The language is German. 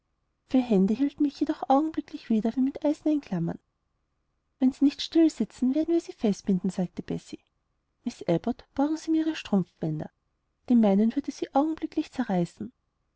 hände hielten mich jedoch augenblicklich wieder wie mit eisernen klammern wenn sie nicht still sitzen werden wir sie festbinden sagte bessie miß abbot borgen sie mir ihre strumpfbänder die meinen würde sie augenblicklich zerreißen